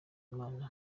imana